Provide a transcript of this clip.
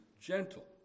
gentle